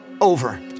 Over